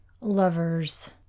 lovers